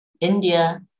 India